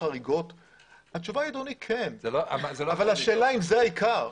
התשובה היא כן אבל השאלה אם זה העיקר.